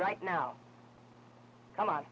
right now come on